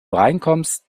reinkommst